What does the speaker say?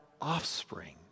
offspring